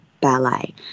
Ballet